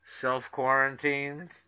self-quarantined